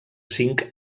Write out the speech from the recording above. zinc